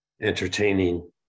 entertaining